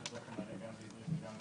יש דו"ח מלאה גם בעברית וגם בערבית.